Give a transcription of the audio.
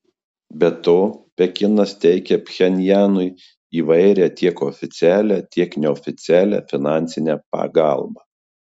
be to pekinas teikia pchenjanui įvairią tiek oficialią tiek neoficialią finansinę pagalbą